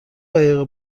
قایق